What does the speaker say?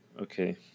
Okay